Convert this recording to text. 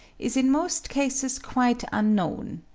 is in most cases quite unknown.